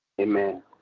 Amen